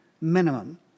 minimum